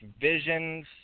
Visions